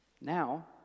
Now